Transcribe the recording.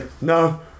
no